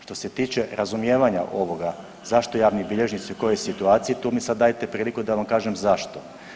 Što se tiče razumijevanja ovoga zašto javni bilježnici u kojoj situaciji, tu mi sad dajte priliku da vam kažem zašto.